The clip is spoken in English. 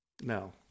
No